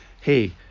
hey